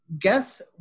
guess